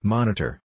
Monitor